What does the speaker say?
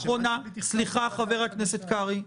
--- סליחה, חבר הכנסת קרעי.